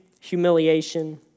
humiliation